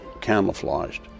camouflaged